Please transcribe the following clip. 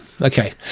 Okay